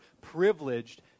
privileged